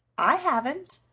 i haven't,